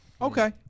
okay